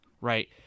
right